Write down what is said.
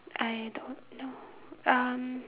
I don't know um